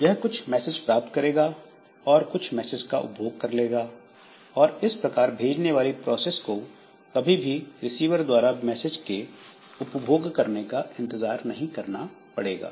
यह कुछ मैसेज प्राप्त करेगा और कुछ मैसेज का उपभोग कर लेगा और इस प्रकार भेजने वाली प्रोसेस को कभी भी रिसीवर द्वारा सारे मैसेज के उपभोग करने का इंतजार नहीं करना पड़ेगा